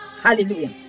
Hallelujah